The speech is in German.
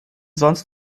sonst